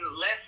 less